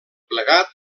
plegat